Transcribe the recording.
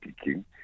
speaking